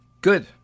Good